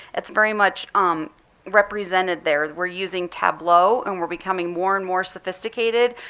it's very much um represented there. we're using tableau and we're becoming more and more sophisticated.